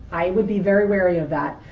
i would be very wary of that.